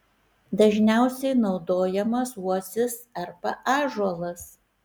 dažniausiai naudojamas uosis arba ąžuolas